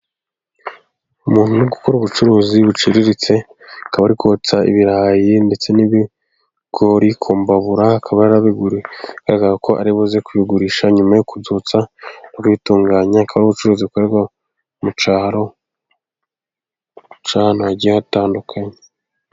Umuntu uri gukora ubucuruzi buciriritse, akaba ari kotsa ibirayi ndetse n'ibigori kumbabura, akaba arabigurisha bigaragara ko aribuze kubigurisha nyuma yo kubyotsa no kubitunganya, akaba arubucuruzi bukorerwa mu cyaharo, cyahantu hagiye hatandukanye.